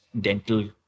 dental